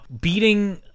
beating